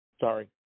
Sorry